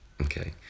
Okay